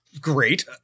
great